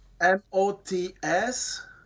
m-o-t-s